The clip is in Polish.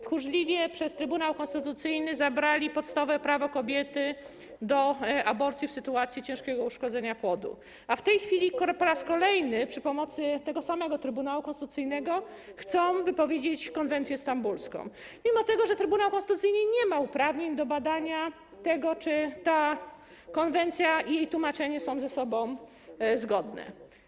Tchórzliwie zabrali poprzez Trybunał Konstytucyjny podstawowe prawo kobiety do aborcji w sytuacji ciężkiego uszkodzenia płodu, a w tej chwili po raz kolejny przy pomocy tego samego Trybunału Konstytucyjnego chcą wypowiedzieć konwencję stambulską, mimo że Trybunał Konstytucyjny nie ma uprawnień do badania tego, czy ta konwencja i jej tłumaczenie są ze sobą zgodne.